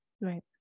Right